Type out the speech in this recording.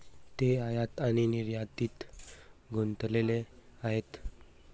ते आयात आणि निर्यातीत गुंतलेले आहेत